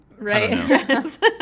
Right